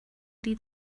die